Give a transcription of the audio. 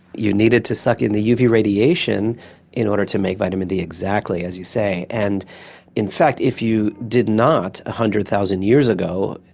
you needed to suck in the uv radiation in order to make vitamin d, exactly, as you say. and in fact if you did not, one hundred thousand years ago,